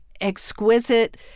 exquisite